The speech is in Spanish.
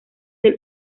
del